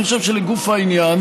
אני חושב שלגוף העניין,